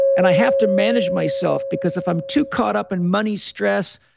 and i have to manage myself because if i'm too caught up in money, stress,